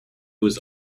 was